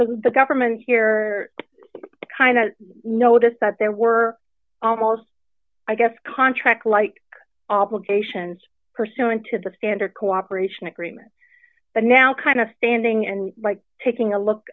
the government here kind of notice that there were almost i guess contract like obligations pursuant to the standard cooperation agreement but now kind of standing and taking a look